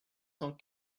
cent